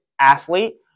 athlete